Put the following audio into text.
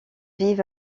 vivent